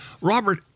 Robert